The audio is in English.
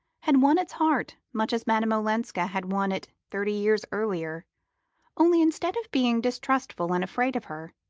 had won its heart much as madame olenska had won it thirty years earlier only instead of being distrustful and afraid of her,